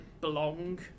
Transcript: belong